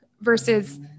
versus